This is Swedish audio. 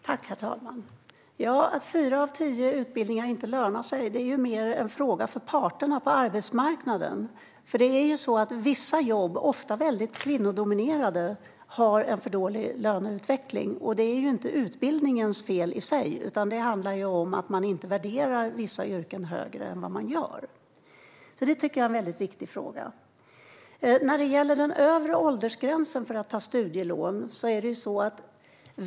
Herr talman! Att fyra av tio utbildningar inte lönar sig är mer en fråga för parterna på arbetsmarknaden. Vissa jobb - ofta väldigt kvinnodominerade - har en för dålig löneutveckling. Det är inte utbildningens fel i sig, utan det handlar om att vissa yrken inte värderas högre. Detta är en väldigt viktig fråga. Fredrik Christensson frågade också om den övre åldersgränsen för att ta studielån.